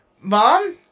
mom